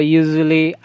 usually